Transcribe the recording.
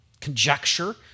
conjecture